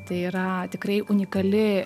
tai yra tikrai unikali